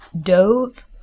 dove